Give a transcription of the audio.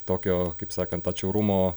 tokio kaip sakant atšiaurumo